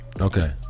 okay